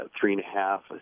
three-and-a-half